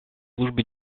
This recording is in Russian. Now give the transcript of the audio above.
службе